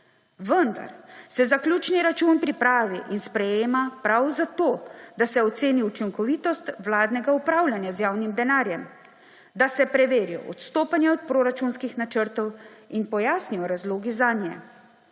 vendar se zaključni račun pripravi in sprejema prav zato, da se oceni učinkovitost vladnega upravljanja z javnim denarjem, da se preverijo odstopanja od proračunskih načrtov in pojasnijo razlogi zanje.